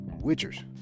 witchers